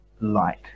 light